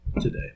Today